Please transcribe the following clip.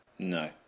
No